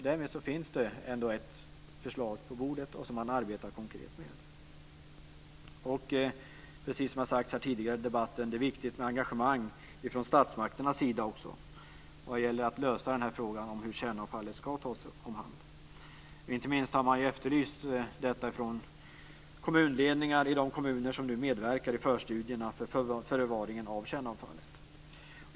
Därmed finns det ändå ett förslag på bordet och som man arbetar konkret med. Precis som har sagts här tidigare i debatten är det viktigt med engagemang också från statsmakternas sida för att lösa frågan om hur kärnavfallet ska tas om hand. Inte minst har detta efterlysts av kommunledningar i de kommuner som nu medverkar i förstudierna om förvaringen av kärnavfallet.